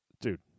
dude